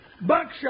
Buckshot